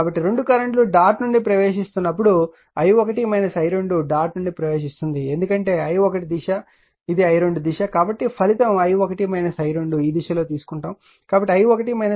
కాబట్టి రెండు కరెంట్ లు డాట్ నుండి ప్రవేశిస్తున్నప్పుడు i1 i2 డాట్ నుండి ప్రవేశిస్తుంది ఎందుకంటే ఇది i1 దిశ ఇది i2 దిశ కాబట్టి ఫలితం i1 i2 ఈ దిశ లో తీసుకున్నారు